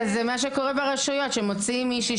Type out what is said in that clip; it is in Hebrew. אבל זה מה שקורה ברשויות מוציאים מישהי